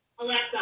Alexa